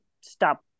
stop